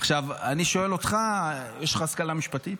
עכשיו, אני שואל אותך, יש לך השכלה משפטית?